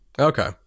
Okay